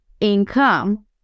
income